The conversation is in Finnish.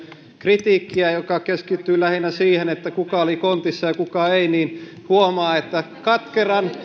kritiikkiä joka keskittyy lähinnä siihen kuka oli kontissa ja kuka ei niin huomaa että katkeria